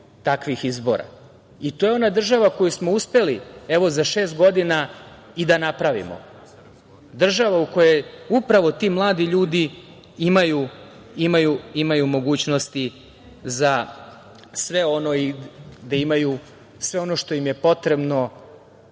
to je ona država koju smo uspeli, evo za šest godina, i da napravimo, država u kojoj upravo ti mladi ljudi imaju mogućnosti za sve ono i da imaju sve ono